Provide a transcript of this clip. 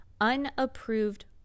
Unapproved